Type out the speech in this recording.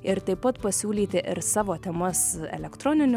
ir taip pat pasiūlyti ir savo temas elektroniniu